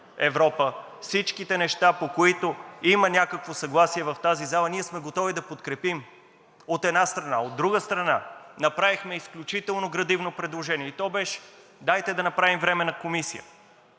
всичките неща, по които има някакво съгласие в тази зала, ние сме готови да подкрепим от една страна. От друга страна, направихме изключително градивно предложение и то беше – дайте да направим Временна комисия,